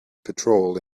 petrol